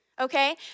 okay